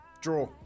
Draw